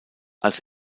als